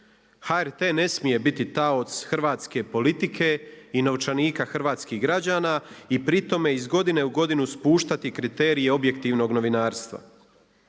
HRT ne smije biti taoc hrvatske politike i novčanika hrvatskih građana i pri tome iz godine u godinu spuštati kriterije objektivnog novinarstva.